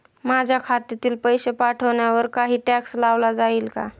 माझ्या खात्यातील पैसे पाठवण्यावर काही टॅक्स लावला जाईल का?